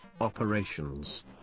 operations